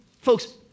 folks